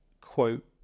quote